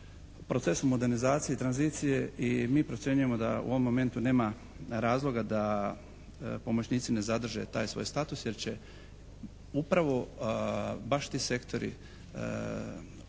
procesu modernizacije i tranzicije i mi procjenjujemo da u ovom momentu nema razloga da pomoćnici ne zadrže taj svoj status jer će upravo baš ti sektori, odnosno